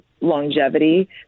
longevity